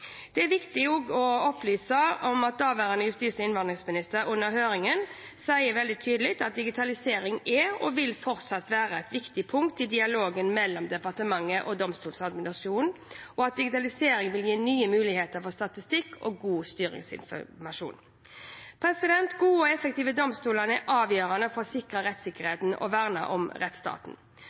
viktig, og det opplyste også daværende justis- og innvandringsminister om under høringen, at digitalisering er – og vil fortsette å være – et viktig punkt i dialogen mellom departementet og Domstoladministrasjonen, og at digitalisering vil gi nye muligheter for statistikk og god styringsinformasjon. Gode og effektive domstoler er avgjørende for å sikre rettssikkerheten og verne om rettsstaten.